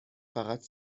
فقط